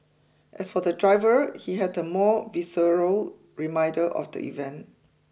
as for the driver he had a more visceral reminder of the event